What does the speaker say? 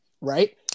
right